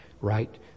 right